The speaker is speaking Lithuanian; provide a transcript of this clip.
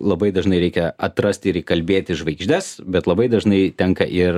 labai dažnai reikia atrasti ir įkalbėti žvaigždes bet labai dažnai tenka ir